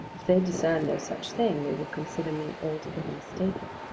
if they discern no such thing, they will consider me altogether mistaken.